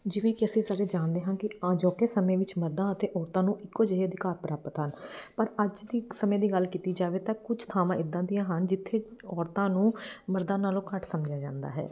ਜਿਵੇਂ ਕਿ ਅਸੀਂ ਸਾਰੇ ਜਾਣਦੇ ਹਾਂ ਕਿ ਅਜੋਕੇ ਸਮੇਂ ਵਿੱਚ ਮਰਦਾਂ ਅਤੇ ਔਰਤਾਂ ਨੂੰ ਇੱਕੋ ਜਿਹੇ ਅਧਿਕਾਰ ਪ੍ਰਾਪਤ ਹਨ ਪਰ ਅੱਜ ਦੀ ਇੱਕ ਸਮੇਂ ਦੀ ਗੱਲ ਕੀਤੀ ਜਾਵੇ ਤਾਂ ਕੁਛ ਥਾਵਾਂ ਇੱਦਾਂ ਦੀਆਂ ਹਨ ਜਿੱਥੇ ਔਰਤਾਂ ਨੂੰ ਮਰਦਾਂ ਨਾਲੋਂ ਘੱਟ ਸਮਝਿਆ ਜਾਂਦਾ ਹੈ